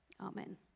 Amen